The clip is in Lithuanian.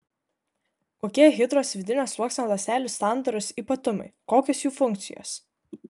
kokie hidros vidinio sluoksnio ląstelių sandaros ypatumai kokios jų funkcijos